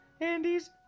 Andy's